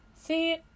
See